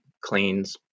cleans